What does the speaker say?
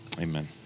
amen